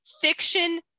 Fiction